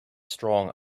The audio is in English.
strong